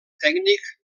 tècnic